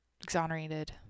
exonerated